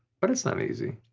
but it's not easy.